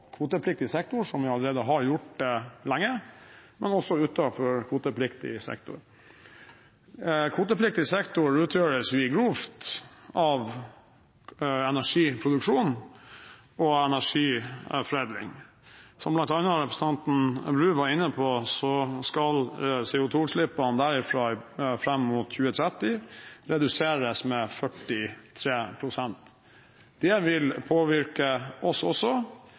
kvotepliktig sektor, som vi har gjort lenge, men også utenfor kvotepliktig sektor. Kvotepliktig sektor består grovt sett av energiproduksjon og energiforedling. Som bl.a. representanten Bru var inne på, skal CO2-utslippene derfra reduseres med 43 pst. fram mot 2030. Det vil påvirke oss også.